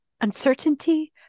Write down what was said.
uncertainty